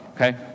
okay